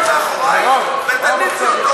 אישה, תתביישי לך, זה הכבוד לדגל?